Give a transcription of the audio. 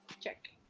check.